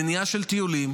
במניעה של טיולים,